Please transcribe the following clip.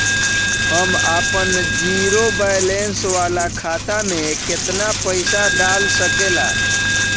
हम आपन zero balance वाला खाता मे केतना पईसा डाल सकेला?